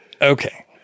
Okay